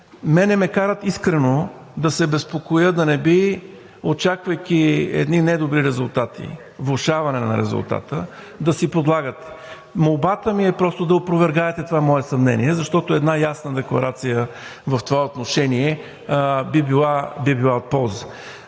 ме карат искрено да се безпокоя да не би, очаквайки едни недобри резултати, влошаване на резултата, да си подлагате. Молбата ми е просто да опровергаете това мое съмнение, защото една ясна декларация в това отношение би била от полза.